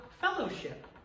fellowship